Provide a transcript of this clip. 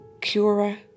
Cura